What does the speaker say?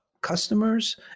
customers